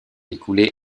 écoulé